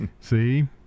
See